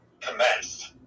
commenced